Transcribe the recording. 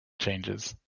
changes